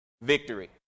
Victory